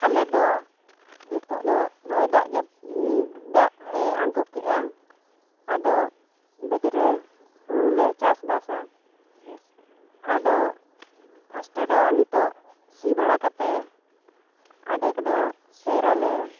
ᱟᱞᱮ ᱫᱚ ᱱᱤᱛᱚᱜ ᱱᱚᱜᱼᱚᱸᱭ ᱫᱟᱜ ᱡᱟᱹᱯᱩᱫ ᱫᱟᱜ ᱮ ᱟᱬᱜᱚ ᱠᱮᱜᱼᱟ ᱟᱫᱚᱵᱟᱹᱫᱽ ᱨᱮ ᱦᱳᱲᱳᱞᱮ ᱪᱟᱥ ᱵᱟᱥᱟ ᱟᱫᱚ ᱯᱷᱟᱥᱴᱮ ᱫᱚ ᱱᱤᱛᱚᱜ ᱥᱤ ᱵᱟᱲᱟ ᱠᱟᱛᱮ ᱟᱫᱷᱮᱠ ᱫᱚ ᱮᱨᱟᱞᱮ